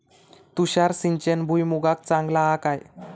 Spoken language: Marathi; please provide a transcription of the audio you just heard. तुषार सिंचन भुईमुगाक चांगला हा काय?